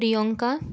Priyanka